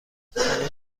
هنوز